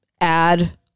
add